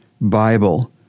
Bible